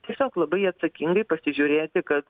tiesiog labai atsakingai pasižiūrėti kad